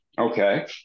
Okay